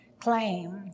claim